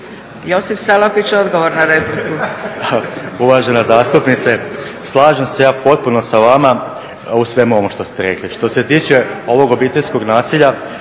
**Salapić, Josip (HDSSB)** Uvažena zastupnice, slažem se ja potpuno sa vama u svemu ovome što ste rekli. što se tiče ovog obiteljskog nasilja